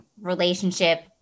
relationship